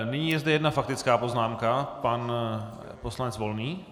Nyní je zde jedna faktická poznámka, pan poslanec Volný.